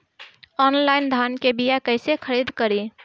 Online धान के बीया कइसे खरीद करी?